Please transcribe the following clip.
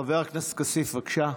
חבר הכנסת כסיף, בבקשה.